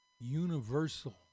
universal